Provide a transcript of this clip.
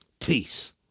Peace